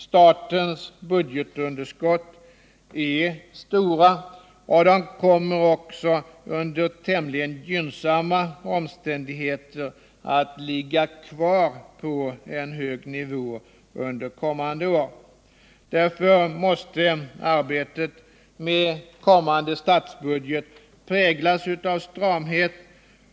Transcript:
Statens budgetunderskott är stora och kommer även under tämligen gynnsamma omständigheter kommande år att ligga kvar på en hög nivå. Därför måste arbetet med nästa statsbudget präglas av stramhet.